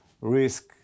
risk